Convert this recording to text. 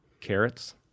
carrots